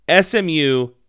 SMU